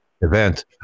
event